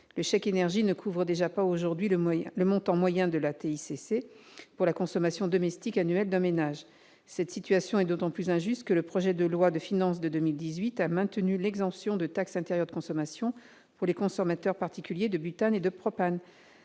le chèque énergie ne couvre déjà pas le montant moyen de TICC pour la consommation domestique annuelle d'un ménage. Cette situation est d'autant plus injuste que le projet de loi de finances pour 2018 a maintenu l'exemption de taxe intérieure de consommation pour les consommateurs particuliers de butane et de propane.